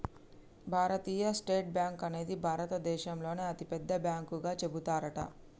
భారతీయ state bank అనేది భారత దేశంలోనే అతి పెద్ద బ్యాంకు గా చెబుతారట